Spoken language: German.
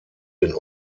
den